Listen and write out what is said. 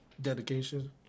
Dedication